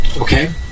Okay